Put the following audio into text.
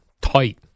tight